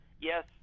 yes